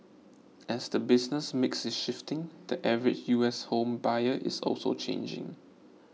as the business mix is shifting the average U S home buyer is also changing